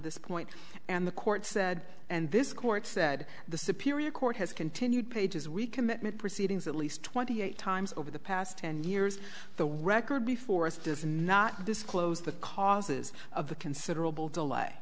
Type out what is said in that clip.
this point and the court said and this court said the superior court has continued pages recommitment proceedings at least twenty eight times over the past ten years the record before us does not disclose the causes of the considerable